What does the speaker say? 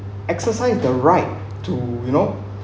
exercise the right to you know